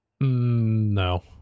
No